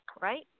right